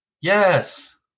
yes